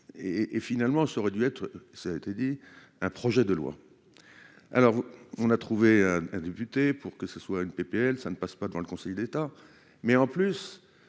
et, finalement, ça aurait dû être ça a été dit, un projet de loi, alors on a trouvé un député pour que ce soit une PPL, ça ne passe pas devant le Conseil d'État, mais en plus